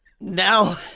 Now